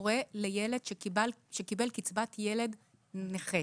להורה לילד שקיבל קצבת ילד נכה.